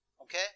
Okay